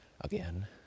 Again